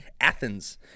Athens